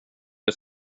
väl